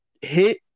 hit